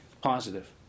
positive